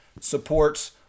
supports